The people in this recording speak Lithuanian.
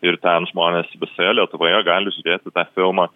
ir ten žmonės visoje lietuvoje gali žiūrėti tą filmą